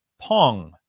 Pong